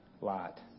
lot